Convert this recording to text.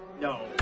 No